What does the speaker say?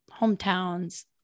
hometowns